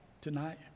tonight